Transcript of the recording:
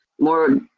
more